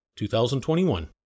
2021